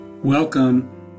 Welcome